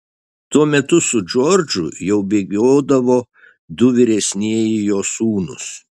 tuo metu su džordžu jau bėgiodavo du vyresnieji jo sūnūs